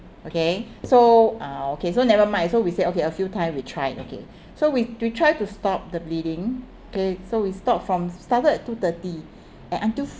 okay so uh okay so never mind so we said okay a few time we try okay so we we try to stop the bleeding okay so we stop from started at two thirty and until